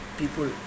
people